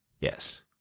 Yes